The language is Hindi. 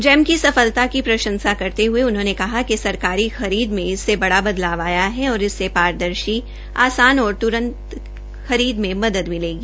जैम की सफतला की प्रंशसा करते हये उन्होंने कहा कि सरकारी खरीद में इससे बड़ा बदलाव आया है और इससे पारदर्शी निर्विघ्न आसान और त्रंत खरीद में मदद मिलेगी